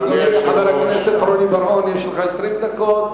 אדוני חבר הכנסת רוני בר-און, יש לך 20 דקות.